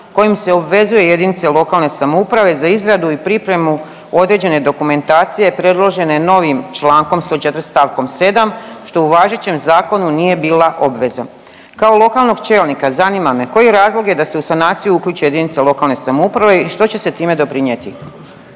kojim se obvezuje JLS za izradu i pripremu određene dokumentacije predložene novim čl. 104. st. 7. što u važećem zakonu nije bila obveza. Kao lokalnog čelnika zanima me koji razlog je da se u sanaciju uključe JLS i što će se time doprinjeti?